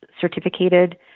certificated